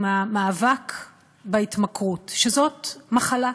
עם המאבק בהתמכרות, שזאת מחלה.